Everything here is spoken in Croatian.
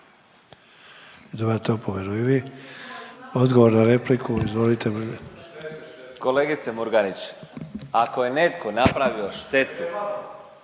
Kolegice Murganić ako je netko napravio štetu